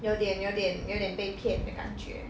有点有点有点被骗的感觉